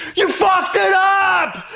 you fucked it up!